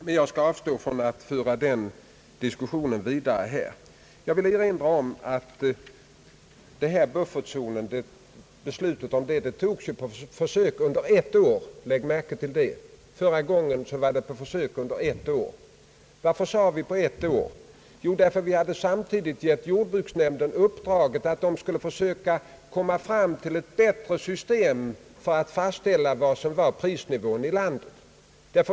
Jag skall dock avstå från att föra denna diskussion vidare här. Jag vill erinra om att beslutet om buffertzonerna fattades på försök under ett år. Lägg märke till det. Varför ett år? Jo, därför att vi samtidigt hade gett jordbruksnämnden i uppdrag att försöka komma fram till ett bättre system för fastställande av prisnivån i landet.